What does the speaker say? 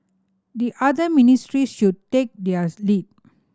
the other ministries should take theirs lead